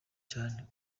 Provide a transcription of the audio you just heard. cyane